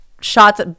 shots